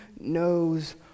knows